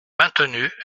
maintenu